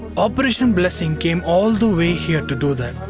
operation blessing came all the way here to do this.